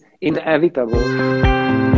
inevitable